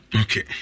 Okay